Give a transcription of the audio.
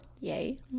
yay